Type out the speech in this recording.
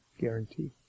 guarantee